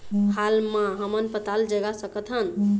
हाल मा हमन पताल जगा सकतहन?